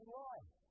life